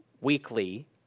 weekly